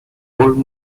old